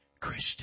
Christian